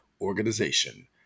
organization